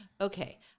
okay